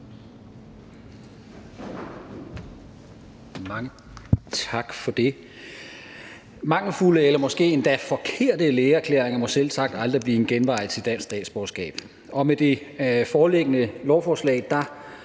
tak for det. Mangelfulde eller måske endda forkerte lægeerklæringer må selvsagt aldrig blive en genvej til dansk statsborgerskab, og med det foreliggende lovforslag styrkes